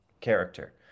character